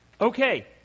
Okay